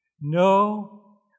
No